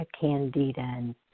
candida